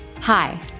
Hi